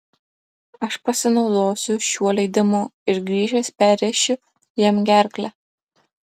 aš pasinaudosiu šiuo leidimu ir grįžęs perrėšiu jam gerklę